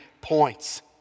points